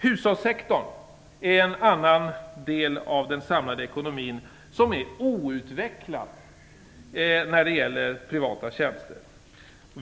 Hushållssektorn är en annan del av den samlade ekonomin som är outvecklad när det gäller privata tjänster.